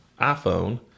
iPhone